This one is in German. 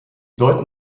deuten